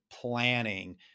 planning